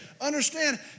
Understand